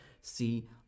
see